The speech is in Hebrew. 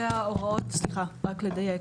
רק לדייק,